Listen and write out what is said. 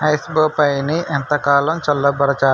ఐస్బోపైని ఎంతకాలం చల్లబరచాలి